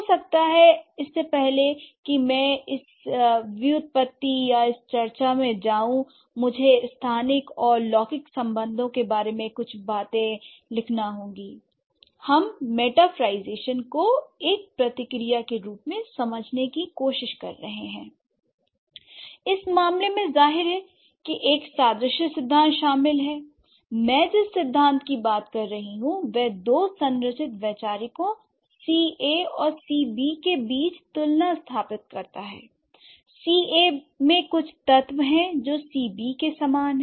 हो सकता है इससे पहले कि मैं इस व्युत्पत्ति या इस चर्चा में जाऊँ मुझे स्थानिक और लौकिक सम्बंधों के बारे में कुछ बातें लिखना होंगी हम मेटाफरlईजेशन को एक प्रतिक्रिया के रूप में समझने की कोशिश कर रहे हैं l इस मामले में जाहिर है एक सादृश्य सिद्धांत शामिल है I मैं जिस सिद्धांत की बात कर रही हूँ वह दो संरचित वैचारिकों C a और C b के बीच तुलना स्थापित करता है l C a में कुछ तत्व हैं जो C b के समान हैं